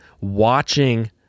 watching